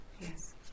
Yes